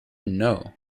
know